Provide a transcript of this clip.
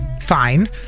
Fine